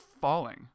falling